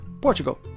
Portugal